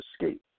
escape